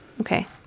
Okay